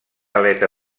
aleta